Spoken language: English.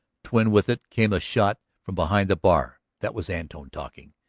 twin with it came a shot from behind the bar. that was antone talking.